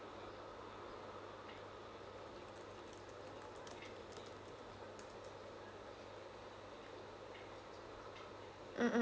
mm